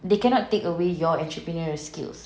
they cannot take away your entrepreneur skills